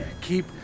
keep